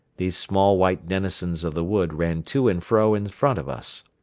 these small white denizens of the wood ran to and fro in front of us.